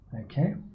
Okay